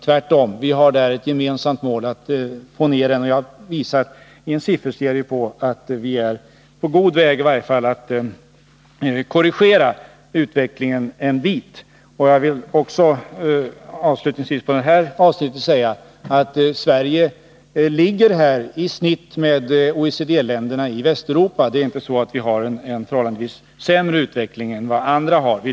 Tvärtom, vi har som gemensamt mål att få ned den, och jag har ju visat i en sifferserie att vi i alla fall är på god väg att korrigera utvecklingen en bit. Jag vill som avslutning på denna del säga att Sverige härvidlag ligger ungefär på genomsnittet jämfört med OECD-länderna i Västeuropa. Vi har alltså inte en förhållandevis sämre utveckling än vad andra har.